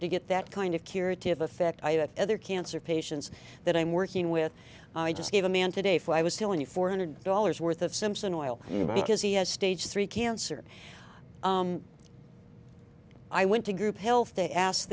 to get that kind of curative effect at other cancer patients that i'm working with i just gave a man today for i was still in the four hundred dollars worth of simpson oil because he has stage three cancer i went to group health they asked